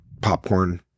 popcorn